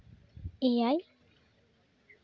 ᱮᱭᱟᱭ